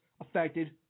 affected